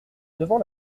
devant